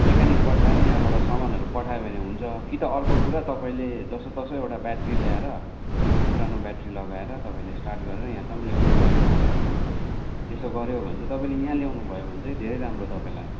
mechanic पठाएर यहाँबाट सामानहरू पठायो भने हुन्छ कि त अर्को कुरा कि त तपाईँले जसोतसो एउटा ब्याट्री ल्याएर पुरानो ब्याट्री लगाएर तपाईँले स्टार्ट गरेर यहाँसम्म ल्याउनैपर्ने हुन्छ त्यसो गऱ्यो भने चाहिँ तपाईँले यहाँ ल्याउनुभयो भने चाहिँ धेरै राम्रो तपाईँलाई